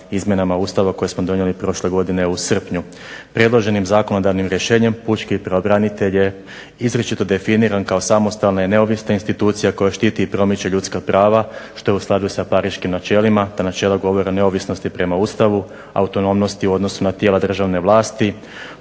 izmjenama Ustava koje smo donijeli prošle godine u srpnju. Predloženim zakonodavnim rješenjem pučki pravobranitelj je izričito definiran kao samostalna i neovisna institucija koja štiti i promiče ljudska prava što je u skladu s pariškim načelima. Ta načela govore o neovisnosti prema Ustavu, autonomnosti u odnosu na tijela državne vlasti,